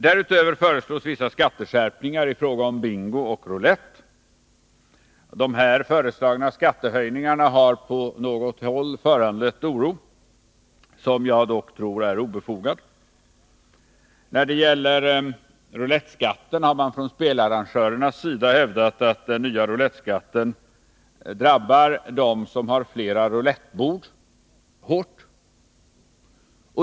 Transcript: Därutöver föreslås vissa skatteskärpningar i fråga om bingo och roulett. De föreslagna skattehöjningarna har på något håll föranlett oro, som jag dock tror är obefogad. Från spelarrangörernas sida hävdas att den nya roulettskatten hårt drabbar dem som har flera roulettbord.